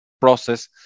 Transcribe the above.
process